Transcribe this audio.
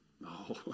No